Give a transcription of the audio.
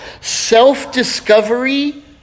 Self-discovery